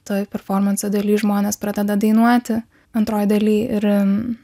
toj performanso daly žmonės pradeda dainuoti antroj daly ir